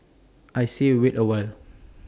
I say wait A while